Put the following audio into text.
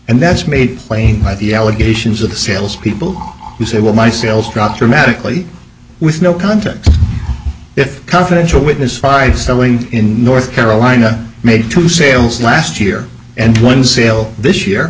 and that's made plain by the allegations of the sales people who say well my sales dropped dramatically with no context if confidential witness fried selling in north carolina made two sales last year and one sale this year